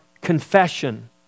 confession